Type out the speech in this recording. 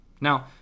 now